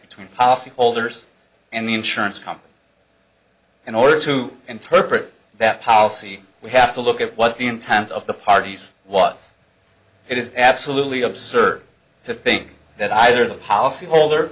between policyholders and the insurance company in order to interpret that policy we have to look at what the intent of the parties was it is absolutely absurd to think that either the policyholder